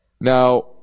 Now